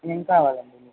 ఏం కావాలండి మీకు